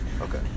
Okay